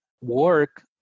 work